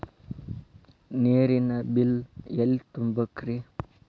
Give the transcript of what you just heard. ನೇರಿನ ಬಿಲ್ ಎಲ್ಲ ತುಂಬೇಕ್ರಿ?